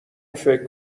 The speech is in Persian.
فکر